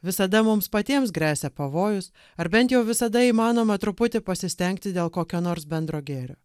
visada mums patiems gresia pavojus ar bent jau visada įmanoma truputį pasistengti dėl kokio nors bendro gėrio